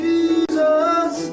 Jesus